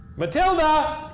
matilda!